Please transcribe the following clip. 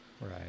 right